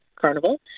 Carnival